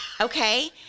okay